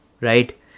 right